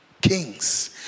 Kings